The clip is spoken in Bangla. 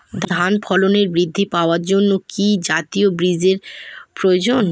ধানে ফলন বৃদ্ধি পাওয়ার জন্য কি জাতীয় বীজের প্রয়োজন?